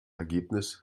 ergebnis